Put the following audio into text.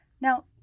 Now